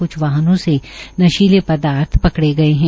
क्छ वाहनों से नशीले पदार्थ पकड़े गए है